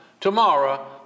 tomorrow